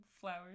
flowers